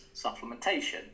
supplementation